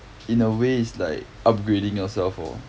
in a way it's like upgrading yourself lor